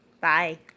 Bye